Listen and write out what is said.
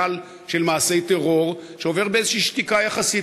גל של מעשי טרור שעובר באיזו שתיקה יחסית,